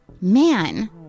man